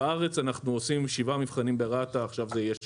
בארץ אנחנו עושים שבעה מבחנים ברת"א עכשיו זה יהיה שמונה,